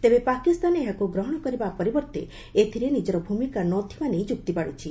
ତେବେ ପାକିସ୍ତାନ ଏହାକୁ ଗ୍ରହଣ କରିବା ପରିବର୍ତ୍ତେ ଏଥିରେ ନିଜର ଭୂମିକା ନଥିବା ନେଇ ଯୁକ୍ତି ବାଢୁଛି